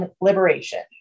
liberation